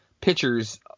pitchers